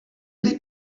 wedi